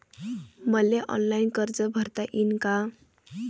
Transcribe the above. मले ऑनलाईन कर्ज भरता येईन का?